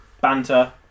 banter